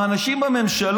כי אנשים בממשלה,